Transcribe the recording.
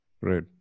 Right